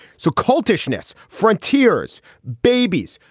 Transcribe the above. so cultish ness frontiers babies.